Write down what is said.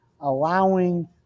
allowing